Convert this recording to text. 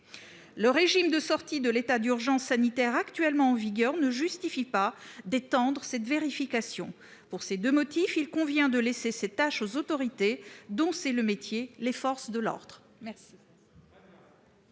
Le régime de sortie de l'état d'urgence sanitaire actuellement en vigueur ne justifie pas d'étendre cette vérification. Pour ces deux motifs, il convient de laisser cette tâche aux autorités dont c'est le métier : les forces de l'ordre.